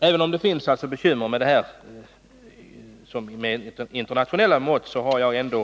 Även om det finns bekymmer på grund av internationella regler hade